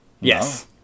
yes